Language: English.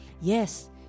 Yes